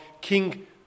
King